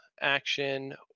action